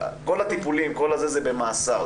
כל הטיפולים זה במאסר.